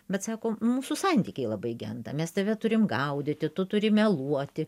bet sako mūsų santykiai labai genda mes tave turim gaudyti tu turi meluoti